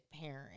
parent